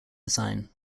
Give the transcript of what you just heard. design